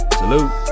salute